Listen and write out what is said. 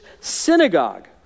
synagogue